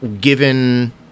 given